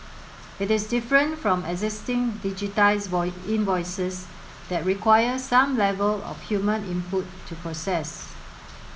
it is different from existing digitised invoices that require some level of human input to process